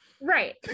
right